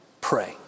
pray